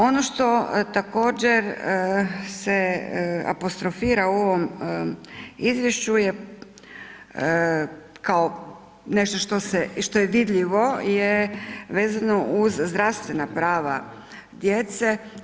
Ono što također se apostrofira u ovom izvješću je kao nešto što se, što je vidljivo je vezano uz zdravstvena prava djece.